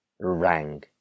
rang